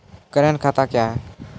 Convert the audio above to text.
Current खाता क्या हैं?